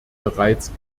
bereits